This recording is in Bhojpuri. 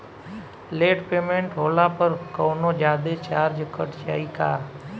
लेट पेमेंट होला पर कौनोजादे चार्ज कट जायी का?